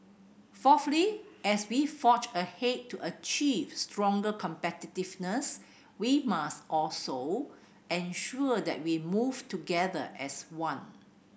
fourthly as we forge ahead to achieve stronger competitiveness we must also ensure that we move together as one